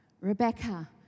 Rebecca